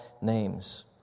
names